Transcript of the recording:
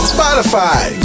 Spotify